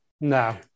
No